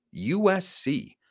USC